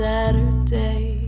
Saturday